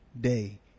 day